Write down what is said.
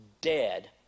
dead